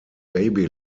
baby